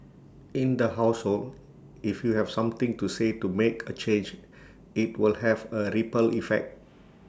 in the household if you've something to say to make A change IT will have A ripple effect